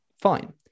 Fine